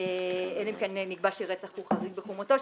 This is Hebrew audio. אלא אם כן נקבע שרצח הוא חריג בחומרתו,